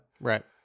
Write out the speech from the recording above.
Right